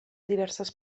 diverses